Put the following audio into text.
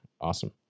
Awesome